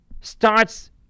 starts